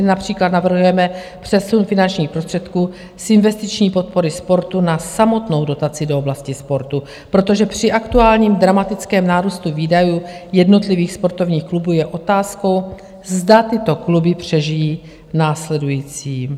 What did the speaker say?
Například navrhujeme přesun finančních prostředků z investiční podpory sportu na samotnou dotaci do oblasti sportu, protože při aktuálním dramatickém nárůstu výdajů jednotlivých sportovních klubů je otázkou, zda tyto kluby přežijí následující rok.